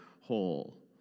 whole